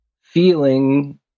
feeling